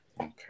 Okay